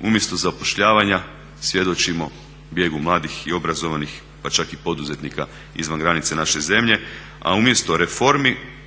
Umjesto zapošljavanja svjedočimo bijegu mladih i obrazovanih, pa čak i poduzetnika izvan granice naše zemlje. A umjesto reformi